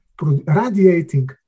radiating